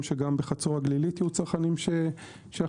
שגם בחצור הגלילית יהיו צרכנים שיחתמו.